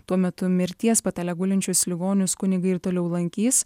tuo metu mirties patale gulinčius ligonius kunigai ir toliau lankys